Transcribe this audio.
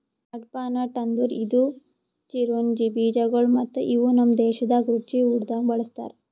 ಕಡ್ಪಾಹ್ನಟ್ ಅಂದುರ್ ಇದು ಚಿರೊಂಜಿ ಬೀಜಗೊಳ್ ಮತ್ತ ಇವು ನಮ್ ದೇಶದಾಗ್ ರುಚಿ ಊಟ್ದಾಗ್ ಬಳ್ಸತಾರ್